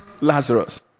Lazarus